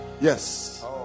yes